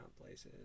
places